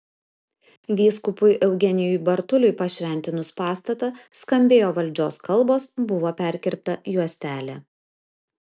vyskupui eugenijui bartuliui pašventinus pastatą skambėjo valdžios kalbos buvo perkirpta juostelė